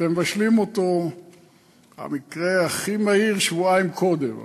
אתם מבשלים אותו במקרה הכי מהיר שבועיים קודם,